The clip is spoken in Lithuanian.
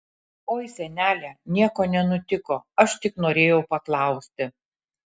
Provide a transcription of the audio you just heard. oi senele nieko nenutiko aš tik norėjau paklausti